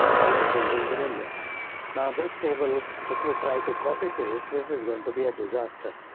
tallest buildings in india now. this table if you try to copy paste this is going to be a disaster.